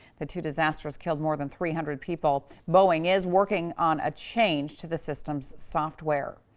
the two disasters killed more than three hundred people. boeing is working on a change to the system's software.